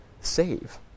save